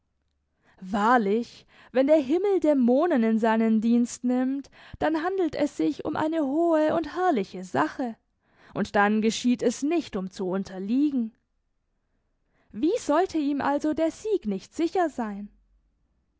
wahrlich wenn der himmel dämonen in seinen dienst nimmt dann handelt es sich um eine hohe und herrliche sache und dann geschieht es nicht um zu unterliegen wie sollte ihm also der sieg nicht sicher sein